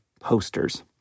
posters